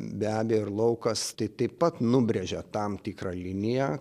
be abejo ir laukas tai taip pat nubrėžė tam tikrą liniją